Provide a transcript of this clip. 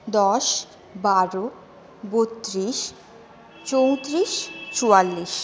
দশ বারো বত্রিশ চৌত্রিশ চুয়াল্লিশ